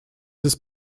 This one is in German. ist